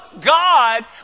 God